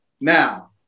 Now